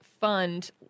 fund